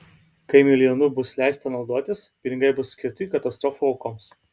kai milijonu bus leista naudotis pinigai bus skirti katastrofų aukoms